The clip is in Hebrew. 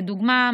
לדוגמה,